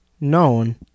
known